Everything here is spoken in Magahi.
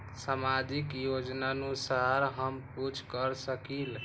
सामाजिक योजनानुसार हम कुछ कर सकील?